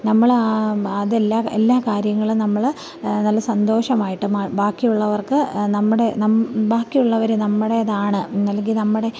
നമ്മൾ ആ അതെല്ലാം എല്ലാ കാര്യങ്ങളും നമ്മൾ നല്ല സന്തോഷമായിട്ട് മ ബാക്കിയുള്ളവർക്ക് നമ്മുടെ ബാക്കി ഉള്ളവരെ നമ്മുടേതാണ് അല്ലെങ്കിൽ നമ്മുടെ